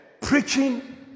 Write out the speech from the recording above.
Preaching